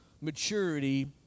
maturity